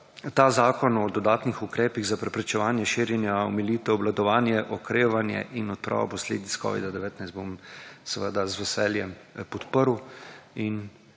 ta zakon o dodatnih ukrepih za preprečevanje širjenja, omilitev, obvladovanje, okrevanje in odpravo posledic covida-19 bom seveda z veseljem podprl.